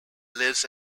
lives